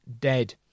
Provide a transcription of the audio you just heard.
dead